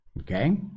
okay